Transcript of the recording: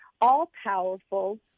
all-powerful